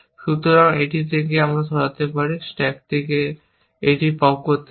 সুতরাং আমি এটি থেকে সরাতে পারি স্ট্যাক থেকে এটি পপ করতে পারি